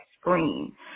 screen